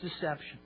deception